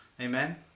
Amen